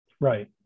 Right